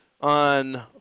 on